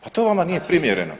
Pa to vama nije primjereno.